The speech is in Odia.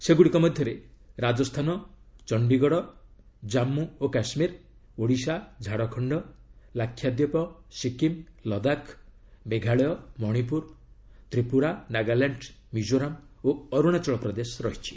ସେଗୁଡ଼ିକ ମଧ୍ୟରେ ରାଜସ୍ଥାନ ଚଣ୍ଡୀଗଡ଼ ଜାମ୍ଗୁ ଓ କାଶ୍ମୀର ଓଡ଼ିଶା ଝାଡ଼ଖଣ୍ଡ ଲାକ୍ଷାଦୀପ ସିକିମ୍ ଲଦାଖ ମେଘାଳୟ ମଣିପୁର ତ୍ରିପୁରା ନାଗାଲ୍ୟାଣ୍ଡ୍ ମିକୋରାମ ଓ ଅରୁଣାଚଳ ପ୍ରଦେଶ ରହିଛି